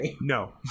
No